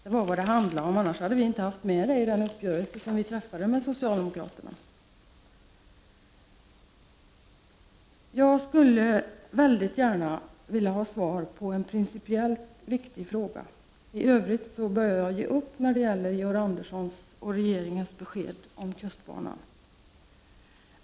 Det var vad det handlade om, annars hade vi inte haft med det i den uppgörelse som vi träffade med socialdemokraterna. Jag skulle mycket gärna vilja ha svar på en principiellt viktig fråga. I övrigt börjar jag ge upp när det gäller Georg Anderssons och regeringens besked om kustbanan.